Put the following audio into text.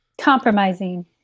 compromising